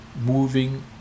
moving